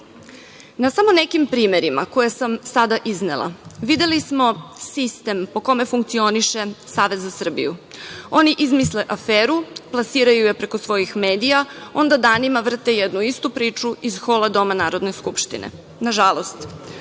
samo nekim primerima, koje sam sada iznela, videli smo sistem po kome funkcioniše Savez za Srbiju. Oni izmisle aferu, plasiraju je preko svojih medija, onda danima vrte jednu istu priču iz hola doma Narodne skupštine. Na žalost,